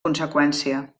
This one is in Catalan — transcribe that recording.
conseqüència